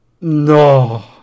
No